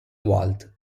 walt